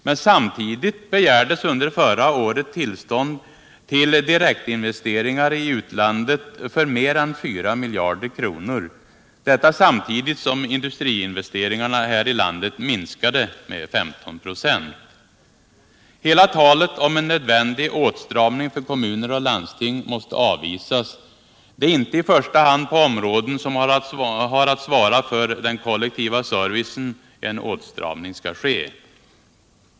Men samtidigt begärdes under förra året tillstånd till direktinvesteringar i utlandet för mer än 4 miljarder kronor — detta samtidigt som industriinvesteringarna här i landet minskade med 15 46. Talet om en nödvändig åtstramning för kommuner och landsting måste avvisas. Det är inte i första hand på områden som har att svara för den kollektiva servicen som en åtstramning skall ske.